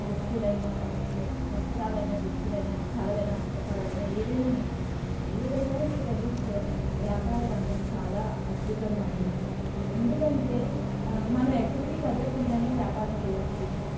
దుస్తులైనా వస్త్రాలైనా దుస్తులైనా కళలైనా హస్తకళలైనా ఏదైనని ఏదైనా ఇప్పుడు ప్రజెంట్ వ్యాపార రంగం చాలా అద్భుతంగా ఉంది ఎందుకంటే మనం ఎక్కడికీ కదలకుండానే వ్యాపారం చేయవచ్చు